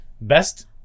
best